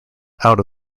out